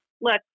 look